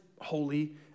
holy